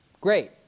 great